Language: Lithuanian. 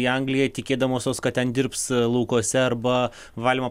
į angliją tikėdamosios kad ten dirbs laukuose arba valymo